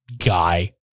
guy